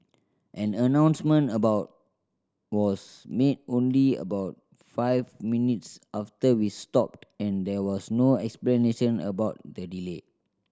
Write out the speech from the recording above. an announcement about was made only about five minutes after we stopped and there was no explanation about the delay